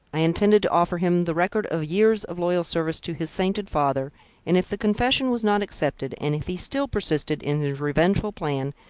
i intended to offer him the record of years of loyal service to his sainted father and if the confession was not accepted, and if he still persisted in his revengeful plan,